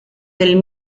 del